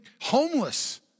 homeless